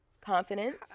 Confidence